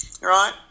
Right